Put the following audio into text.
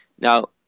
Now